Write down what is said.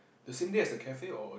the same day as the cafe or uh